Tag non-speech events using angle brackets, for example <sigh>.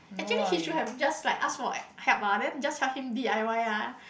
actually he should have just like asked for <noise> help ah then just help him D_I_Y ah